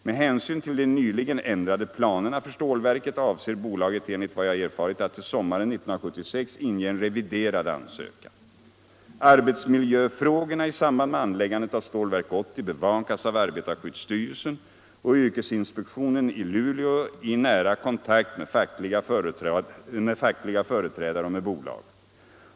Med hänsyn till de nyligen ändradepla= = nerna för stålverket avser bolaget enligt vad jag erfarit att till sommaren - Om miljövårdsåt 1976 inge en reviderad ansökan. gärder i anslutning Arbetsmiljöfrågorna i samband med anläggandet av Stålverk 80 be = till Stålverk 80 vakas av arbetarskyddsstyrelsen och yrkesinspektionen i Luleå i kontakt med bolaget och fackliga företrädare.